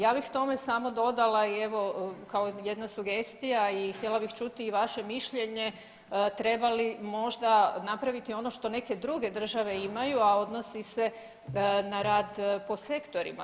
Ja bih tome samo dodala i evo kao jedna sugestija i htjela bih čuti i vaše mišljenje, treba li možda napraviti ono što neke druge države imaju, a odnosi se na rad po sektorima.